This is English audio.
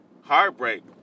Heartbreak